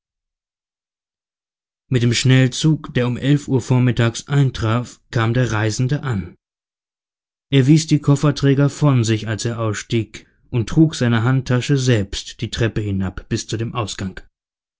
mit dem schnellzug der um elf uhr vormittags eintraf kam der reisende an er wies die kofferträger von sich als er ausstieg und trug seine handtasche selbst die treppe hinab bis zu dem ausgang